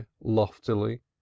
loftily